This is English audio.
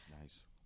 nice